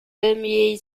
jej